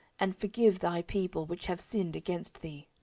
and forgive thy people which have sinned against thee.